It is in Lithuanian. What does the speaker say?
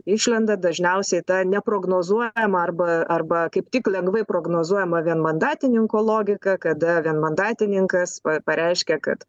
išlenda dažniausiai ta neprognozuojama arba arba kaip tik lengvai prognozuojama vienmandatininkų logika kada vienmandatininkas pa pareiškia kad